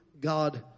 God